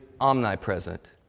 omnipresent